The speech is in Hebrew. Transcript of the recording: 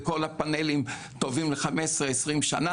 וכל הפאנלים טובים ל-15-20 שנה,